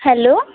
hello